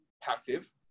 passive